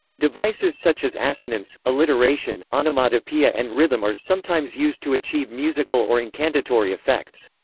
devices such as assonance, alliteration, onomatopoeia and rhythm are sometimes used to achieve musical or incantatory effects.